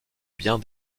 bien